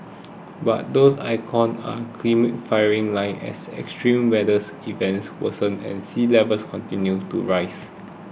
but these icons are climate firing line as extreme weathers events worsen and sea levels continue to rise